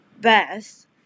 best